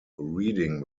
reading